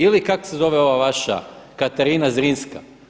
Ili kak' se zove ova vaša Katarina Zrinska.